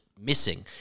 missing